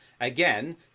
Again